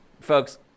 Folks